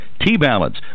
T-Balance